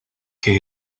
que